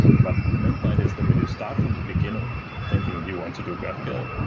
but the main point is that when you start from the beginning thinking you want to do graphql,